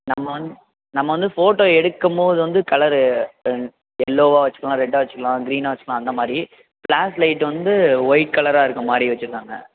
நம்ம வந் நம்ம வந்து ஃபோட்டோ எடுக்கும்போது வந்து கலரு எல்லோவாக வச்சுக்கலாம் ரெட்டாக வச்சுக்கலாம் க்ரீனாக வச்சுக்கலாம் அந்தமாதிரி ஃப்ளாஷ் லைட் வந்து ஒயிட் கலராக இருக்கமாதிரி வச்சுருக்காங்க